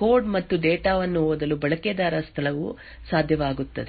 code ಮತ್ತು data ವನ್ನು ಓದಲು ಬಳಕೆದಾರರ ಸ್ಥಳವು ಸಾಧ್ಯವಾಗುತ್ತದೆ